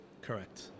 Correct